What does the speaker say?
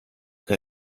che